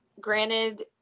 granted –